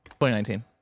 2019